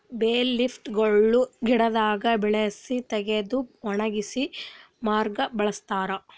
ಬೇ ಲೀಫ್ ಗೊಳ್ ಗಿಡದಾಗ್ ಬೆಳಸಿ ತೆಗೆದು ಒಣಗಿಸಿದ್ ಮ್ಯಾಗ್ ಬಳಸ್ತಾರ್